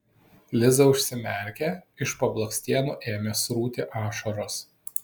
liza užsimerkė iš po blakstienų ėmė srūti ašaros